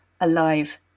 alive